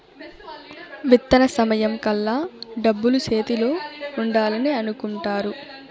విత్తన సమయం కల్లా డబ్బులు చేతిలో ఉండాలని అనుకుంటారు